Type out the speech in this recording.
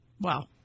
wow